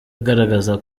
agaragaza